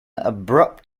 abrupt